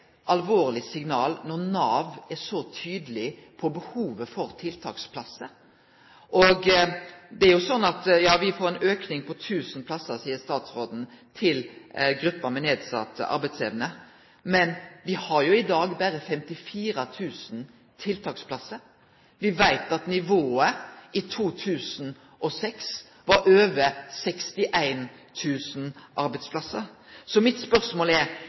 alvorleg signal når Nav er så tydeleg på behovet for tiltaksplassar. Me får ein auke på 1 000 plassar til gruppa med nedsett arbeidsevne, seier statsråden. Men me har i dag berre 54 000 tiltaksplassar. Me veit at nivået i 2006 var over 61 000 slike arbeidsplassar. Så mitt spørsmål er: